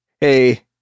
hey